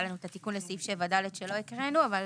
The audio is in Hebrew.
היה לנו את התיקון לסעיף 7ד שלא הקראנו, אבל